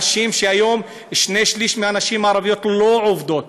היום שני-שלישים מהנשים הערביות לא עובדות.